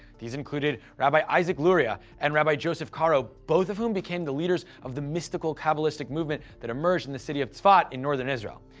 these included rabbi isaac luria and rabbi joseph caro, both of whom became the leaders of the mystical kabbalistic movement that emerged in the city of tzfat in northern israel.